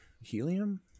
helium